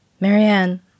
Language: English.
Marianne